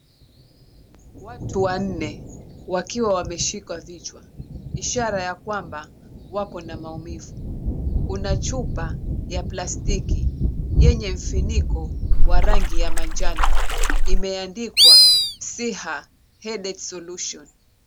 Watu wanne, wakiwa wameshika vichwa, ishara ya kwamba, wako na maumivu. Kuna chupa ya plastiki yenye finiko wa rangi ya manjano. Imeandikwa, "Siha Headache Solution."